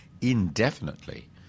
indefinitely